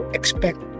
expect